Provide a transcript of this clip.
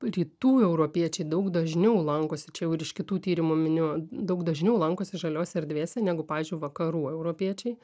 rytų europiečiai daug dažniau lankosi čia jau ir iš kitų tyrimų miniu daug dažniau lankosi žaliose erdvėse negu pavyzdžiui vakarų europiečiai